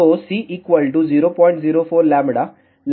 तो C 004λ λ 10 cm है